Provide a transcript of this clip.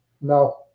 No